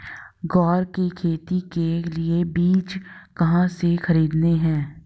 ग्वार की खेती के लिए बीज कहाँ से खरीदने हैं?